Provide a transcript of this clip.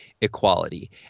equality